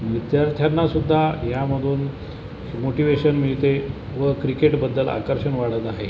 विद्यार्थ्यांनासुद्धा यामधून मोटिव्हेशन मिळते व क्रिकेटबद्दल आकर्षण वाढत आहे